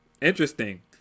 Interesting